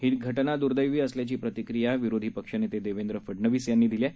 ही घटना द्र्दैवी असल्याची प्रतिक्रिया विरोधी पक्षनेते देवेंद्र फडनवीस यांनी दिली आहे